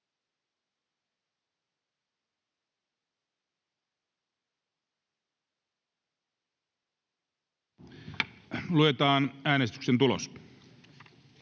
Luetaan äänestyksen tulos.